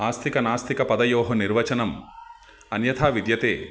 आस्तिकनास्तिकपदयोः निर्वचनम् अन्यथा विद्यते